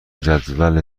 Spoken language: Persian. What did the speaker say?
جدول